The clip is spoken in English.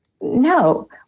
no